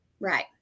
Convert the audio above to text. Right